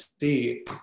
see